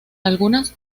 algunas